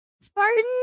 Spartan